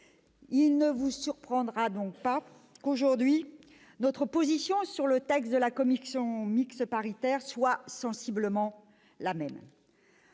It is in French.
donc pas surpris qu'aujourd'hui notre position sur le texte issu de la commission mixte paritaire soit sensiblement la même.